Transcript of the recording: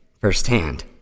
firsthand